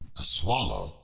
a swallow,